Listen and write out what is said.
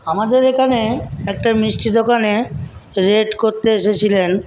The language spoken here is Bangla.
আমাদের এখানে একটা মিষ্টির দোকানে রেড করতে এসেছিলেন